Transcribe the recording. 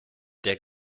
der